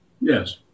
Yes